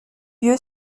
lieu